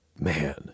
Man